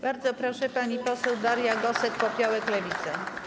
Bardzo proszę, pani poseł Daria Gosek-Popiołek, Lewica.